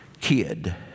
kid